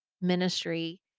ministry